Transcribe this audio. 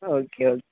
okay okay